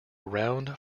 round